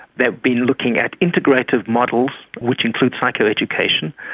they've been looking at integrative models which include psychoeducation.